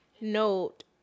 note